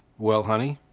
well, honey,